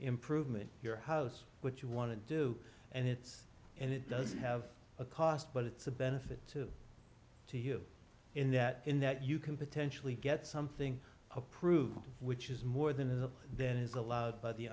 improvement your house what you want to do and it's and it does have a cost but it's a benefit to you in that in that you can potentially get something approved which is more than enough then is allowed but the